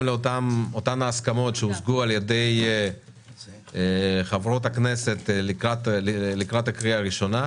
לאותן הסכמות שהושגו על ידי חברות הכנסת לקראת הקריאה הראשונה.